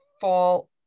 fall